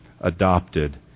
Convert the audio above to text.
adopted